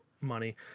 money